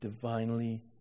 divinely